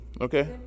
Okay